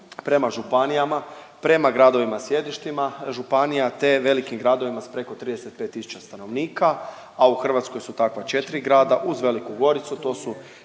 prema županijama, prema gradovima i sjedištima županija te velikim gradovima s preko 35 tisuća stanovnika, a u Hrvatskoj su takva 4 grada, uz Veliku Goricu,